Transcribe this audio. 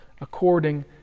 according